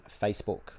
Facebook